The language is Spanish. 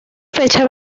fecha